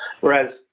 Whereas